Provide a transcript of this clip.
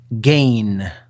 gain